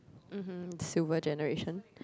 mmhmm silver generation